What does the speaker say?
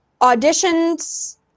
auditions